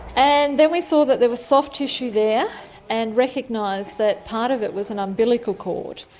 and then we saw that there was soft tissue there and recognised that part of it was an umbilical cord,